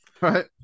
right